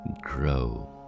grow